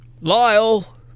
Lyle